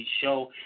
show